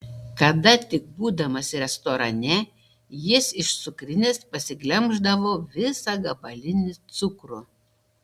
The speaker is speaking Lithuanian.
kada tik būdamas restorane jis iš cukrinės pasiglemždavo visą gabalinį cukrų